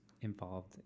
involved